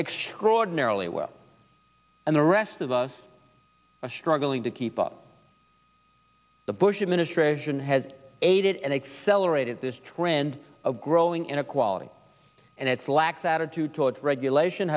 extraordinarily well and the rest of us are struggling to keep up the bush administration has aided and accelerated this trend of growing inequality and its lax attitude toward regulation